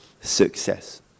success